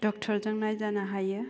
डक्टरजों नायजानो हायो